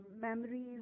memories